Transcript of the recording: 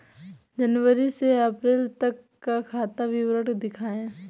जनवरी से अप्रैल तक का खाता विवरण दिखाए?